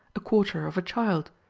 a quarter of a child,